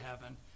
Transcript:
heaven